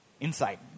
Inside